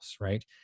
right